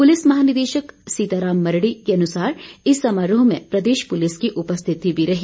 police महानिदेशक सीता राम मरड़ी के अनुसारी इस समारोह में प्रदेश पुलिस की भी उपस्थिति रहेगी